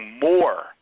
more